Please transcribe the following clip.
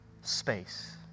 space